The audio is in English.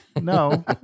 No